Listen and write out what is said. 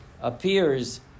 appears